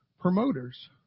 promoters